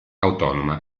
autonoma